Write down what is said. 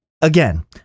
again